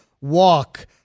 walk